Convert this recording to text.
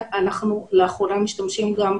במזרקים.